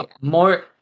more